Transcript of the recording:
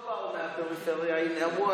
הם לא באו מהפריפריה, למה?